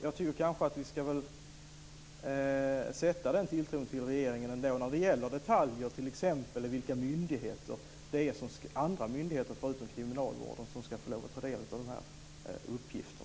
Jag tycker nog att vi ändå ska sätta den tilltron till regeringen när det gäller detaljer, t.ex. vilka andra myndigheter förutom kriminalvårdsmyndigheterna som ska få lov att ta del av dessa uppgifter.